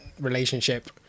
relationship